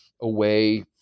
away